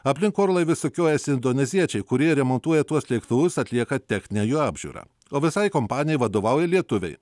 aplink orlaivį sukiojasi indoneziečiai kurie remontuoja tuos lėktuvus atlieka techninę jų apžiūrą o visai kompanijai vadovauja lietuviai